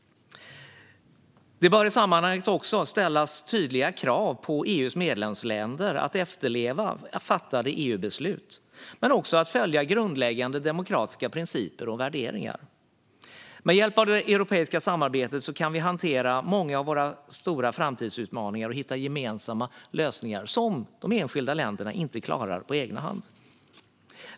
Det bör i sammanhanget också ställas tydliga krav på EU:s medlemsländer att efterleva fattade EUbeslut men också att följa grundläggande demokratiska principer och värderingar. Med hjälp av det europeiska samarbetet kan vi hantera många av våra stora framtidsutmaningar och hitta gemensamma lösningar som de enskilda länderna inte klarar på egen hand.